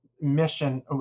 mission